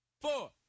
Four